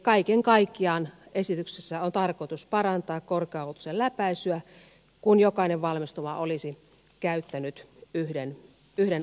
kaiken kaikkiaan esityksessä on tarkoitus parantaa korkeakoulutuksen läpäisyä kun jokainen valmistuva olisi käyttänyt yhden opintopaikan